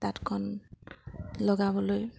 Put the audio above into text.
তাঁতখন লগাবলৈ